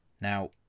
Now